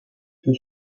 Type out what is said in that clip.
peu